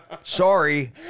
sorry